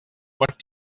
what